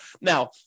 Now